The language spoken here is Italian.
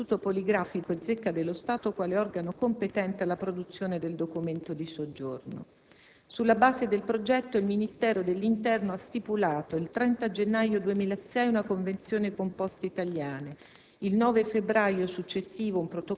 L'articolo 6 ha individuato l'Istituto Poligrafico e Zecca dello Stato quale organo competente alla produzione del documento di soggiorno. Sulla base del progetto, il Ministero dell'Interno il 30 gennaio 2006 ha stipulato una convenzione con Poste Italiane,